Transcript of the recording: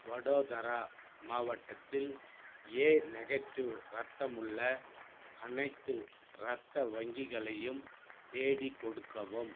வடோதரா மாவட்டத்தில் A negative இரத்தம் உள்ள அனைத்து இரத்த வங்கிகளையும் தேடி கொடுக்கவும்